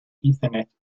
ethernet